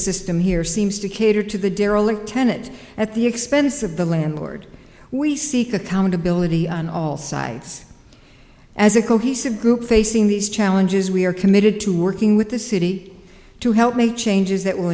system here seems to cater to the derelict tenet at the expense of the landlord we seek accountability on all sides as a cohesive group facing these challenges we are committed to working with the city to help make changes that will